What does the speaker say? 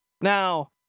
Now